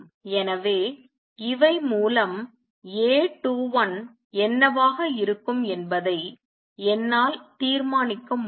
எனவே இவை மூலம் A21 என்னவாக இருக்கும் என்பதை என்னால் தீர்மானிக்க முடியும்